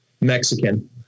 Mexican